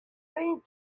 seemed